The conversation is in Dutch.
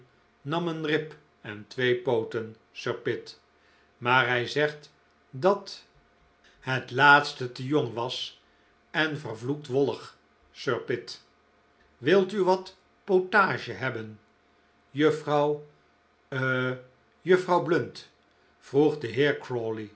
nam een rib en twee pooten sir pitt maar hij zegt dat het laatste te jong was en vervloekt wollig sir pitt wilt u wat potage hebben juffrouw eh juffrouw blunt vroeg de